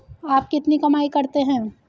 आप कितनी कमाई करते हैं?